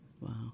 Wow